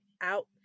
out